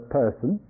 person